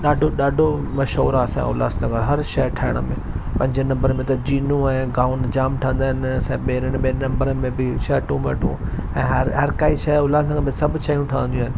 ॾाढो ॾाढो मशहूर आहे असां जो उल्हासनगर हर शइ ठाहीण में पंजे नंबर में त जीनू ऐं गाऊन जाम ठहिदा आहिनि असां ॿे नम्बर में बि शर्टियूं वर्टियूं ऐं हर काई शइ उल्हासनगर में सभु शयूं ठहंदियूं आहिनि